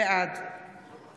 בעד